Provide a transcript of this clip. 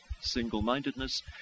single-mindedness